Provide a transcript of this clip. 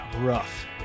rough